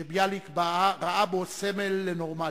שביאליק ראה בו סמל לנורמליות.